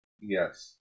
Yes